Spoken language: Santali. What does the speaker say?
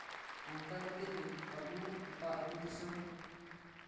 ᱚᱱᱠᱟ ᱠᱟᱛᱮᱫ ᱜᱮ ᱟᱵᱚᱣᱟᱜ ᱟᱛᱳ ᱫᱤᱥᱚᱢ